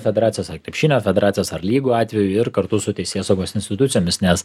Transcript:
federacijos ar krepšinio federacijos ar lygų atveju ir kartu su teisėsaugos institucijomis nes